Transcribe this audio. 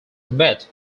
met